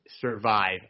survive